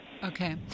Okay